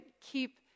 keep